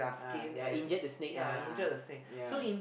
ah yea injured the snake ah yea